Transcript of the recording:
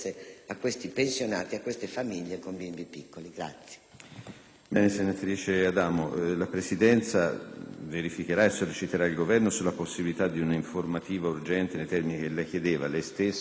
una nuova finestra"). La Presidenza verificherà e solleciterà il Governo sulla possibilità di un'informativa urgente nei termini che lei ha chiesto. Lei stessa forse può fare anche un'interrogazione